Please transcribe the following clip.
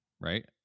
right